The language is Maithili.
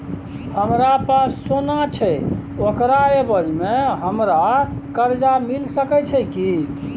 हमरा पास सोना छै ओकरा एवज में हमरा कर्जा मिल सके छै की?